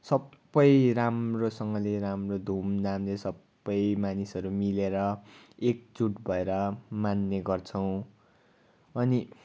सबै राम्रोसँगले राम्रो धुमधामले सबै मानिसहरू मिलेर एकजुट भएर मान्ने गर्छौँ अनि